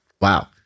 Wow